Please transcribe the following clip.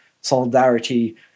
solidarity